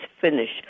finish